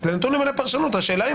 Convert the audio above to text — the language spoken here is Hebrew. זה נתון למלא פרשנות, השאלה אם